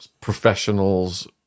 Professionals